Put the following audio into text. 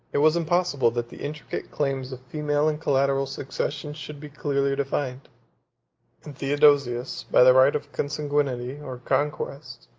it was impossible that the intricate claims of female and collateral succession should be clearly defined and theodosius, by the right of consanguinity or conquest,